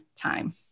time